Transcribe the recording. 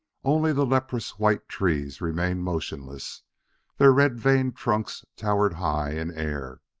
only the leprous-white trees remained motionless their red-veined trunks towered high in air,